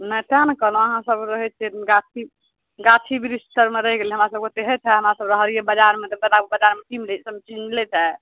नहि तेॅं नऽ कहलहुॅं अहाँ सब रहै छियै गाछी गाछी बृक्ष तरमे रहि गेलै हमरा सबके तेहे छै हमरा सब रहलियै बजारमे तऽ बताबु बजारमे कि मिलै सब चीज मिलै छै